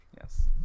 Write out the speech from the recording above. yes